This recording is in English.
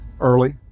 early